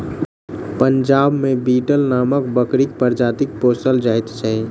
पंजाब मे बीटल नामक बकरीक प्रजाति पोसल जाइत छैक